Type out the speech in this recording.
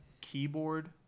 keyboard